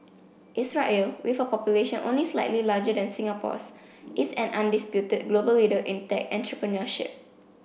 Israel with a population only slightly larger than Singapore's is an undisputed global leader in tech entrepreneurship